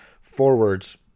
forwards